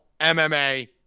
MMA